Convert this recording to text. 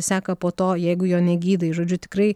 seka po to jeigu jo negydai žodžiu tikrai